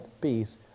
peace